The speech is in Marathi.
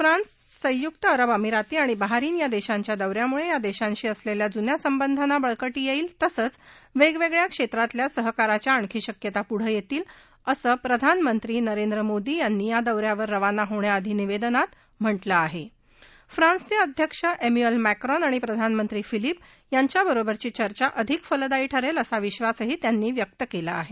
फ्रान्स संयुक्त अरब अमिरात आणि बहारीन या दक्षीच्या दौऱ्यामुळग्री दक्षीशी असलल्खा जुन्या संबंधाना बळकटी यक्षि तसंच वाविकिया क्षम्रीतल्या सहकाराच्या आणखी शक्यता पुढं यर्तील असं प्रधानमंत्री नरेंद्र मोदी यांनी या दौ यावर रवाना होण्याआधी दिलखी निवद्विगात म्हटलं आहा झोदी यांनी फ्रान्सच अिध्यक्ष इमॅन्यूअल मॅक्रॉन आणि प्रधानमंत्री फिलीप यांच्यावरोबरची चर्चा अधिक फलदायी ठरर्घ असा विधास त्यांनी व्यक्त कला आह